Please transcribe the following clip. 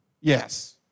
Yes